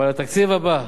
אבל התקציב הבא,